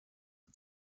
and